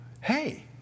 Hey